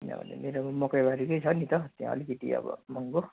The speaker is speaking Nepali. किनभने मेरामा मकैबारीकै छ नि त त्यो अलिकति अब महँगो